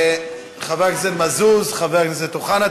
חבר הכנסת מזוז, חבר הכנסת אוחנה.